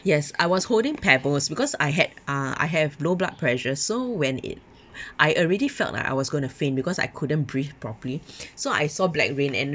yes I was holding pebbles because I had uh I have low blood pressure so when it I already felt like I was going to faint because I couldn't breathe properly so I saw black rain and